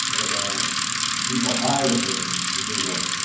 and people hired him to do work.